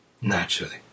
naturally